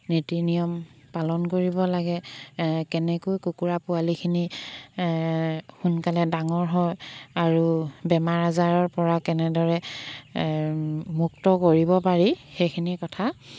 নীতি নিয়ম পালন কৰিব লাগে কেনেকৈ কুকুৰা পোৱালিখিনি সোনকালে ডাঙৰ হয় আৰু বেমাৰ আজাৰৰ পৰা কেনেদৰে মুক্ত কৰিব পাৰি সেইখিনি কথা